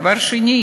דבר שני,